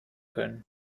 können